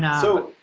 so,